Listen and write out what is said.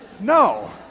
No